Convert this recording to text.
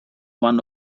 one